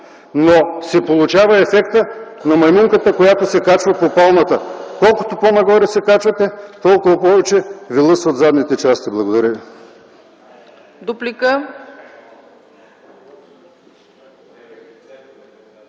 Но се получава ефектът на маймунката, която се качва по палмата – колкото по-нагоре се качвате, толкова повече ви лъсват задните части. Благодаря.